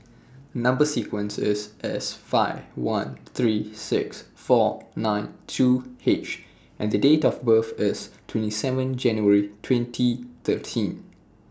Number sequence IS S five one three six four nine two H and Date of birth IS twenty seven January twenty thirteen